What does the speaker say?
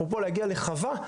אפרופו להגיע לחווה,